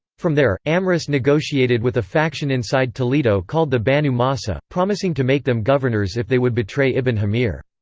from there, amrus negotiated with a faction inside toledo called the banu mahsa, promising to make them governors if they would betray ibn hamir.